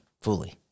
fully